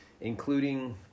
including